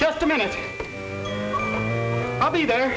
just a minute i'll be there